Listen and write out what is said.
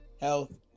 health